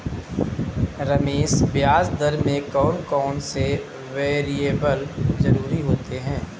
रमेश ब्याज दर में कौन कौन से वेरिएबल जरूरी होते हैं?